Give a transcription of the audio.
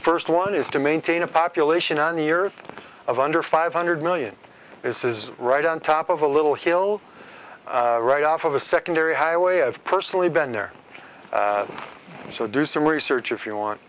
first one is to maintain a population on the earth of under five hundred million it's is right on top of a little hill right off of a secondary highway i've personally been there so do some research if you want